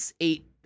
Eight